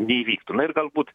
neįvyktų na ir galbūt